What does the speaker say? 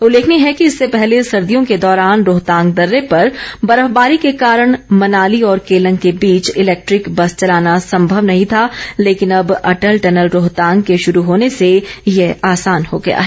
उल्लेखनीय है कि इससे पहले सर्दियों के दौरान रोहतांग दर्रे पर बर्फबारी के कारण मनाली और केलंग के बीच इलैक्ट्रिक बस चलाना सम्भव नहीं था लेकिन अब अटल टनल रोहतांग के शुरू होने से ये आसान हो गया है